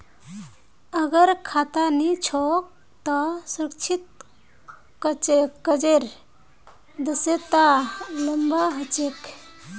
अगर खाता नी छोक त सुरक्षित कर्जेर सदस्यता लिबा हछेक